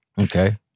Okay